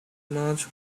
much